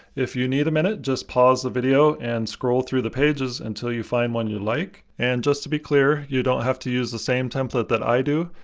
if you need a minute, just pause the video and scroll through the pages until you find one you like. and just to be clear, you don't have to use the same template that i do.